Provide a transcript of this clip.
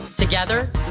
Together